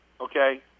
okay